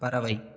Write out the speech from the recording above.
பறவை